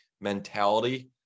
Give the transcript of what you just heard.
mentality